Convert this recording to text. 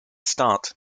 start